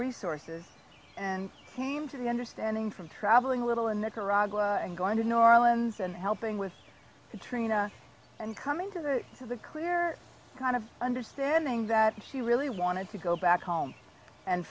resources and came to the understanding from traveling a little in nicaragua and going to new orleans and helping with katrina and coming to that so the clear kind of understanding that she really wanted to go back home and